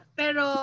pero